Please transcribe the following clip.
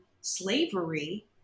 slavery